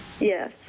Yes